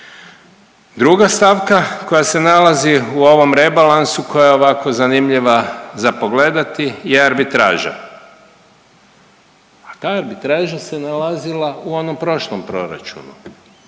Druga stavka koja se nalazi u ovom rebalansu koja je ovako zanimljiva za pogledati je arbitraža, a arbitraža se nalazila u onom prošlom proračunu.